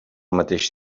mateix